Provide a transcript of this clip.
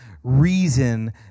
reason